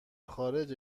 خارج